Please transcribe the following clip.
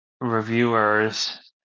reviewers